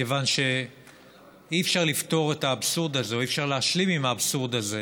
מכיוון שאי-אפשר להשלים עם האבסורד הזה